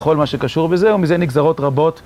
כל מה שקשור בזה, ומזה נגזרות רבות.